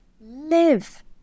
live